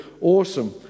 awesome